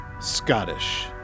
Scottish